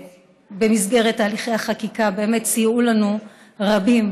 במסגרת הליכי החקיקה באמת סייעו לנו רבים,